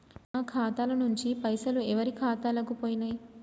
నా ఖాతా ల నుంచి పైసలు ఎవరు ఖాతాలకు పోయినయ్?